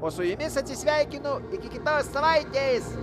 o su jumis atsisveikinu iki kitos savaitės